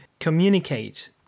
communicate